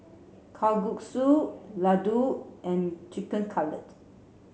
Kalguksu Ladoo and Chicken Cutlet